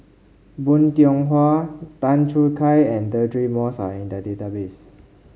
Bong Hiong Hwa Tan Choo Kai and Deirdre Moss are in the database